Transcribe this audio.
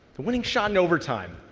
the winning shot in overtime,